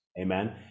amen